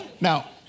now